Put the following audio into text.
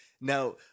Now